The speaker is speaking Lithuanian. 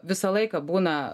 visą laiką būna